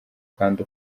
kandi